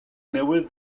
newydd